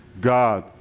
God